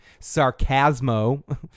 Sarcasmo